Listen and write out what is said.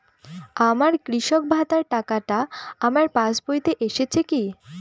আমার কৃষক ভাতার টাকাটা আমার পাসবইতে এসেছে কি?